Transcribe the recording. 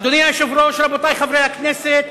אדוני היושב-ראש, רבותי חברי הכנסת,